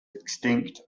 extinct